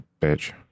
bitch